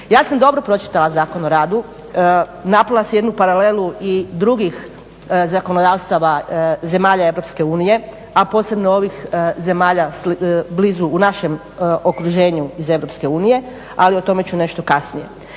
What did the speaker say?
Ja sam dobro pročitala Zakon o radu, napravila sam jednu paralelu i drugih zakonodavstava zemalja Europske unije a posebno ovih zemalja blizu u našem okruženju iz Europske unije ali o tome ću nešto kasnije.